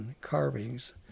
carvings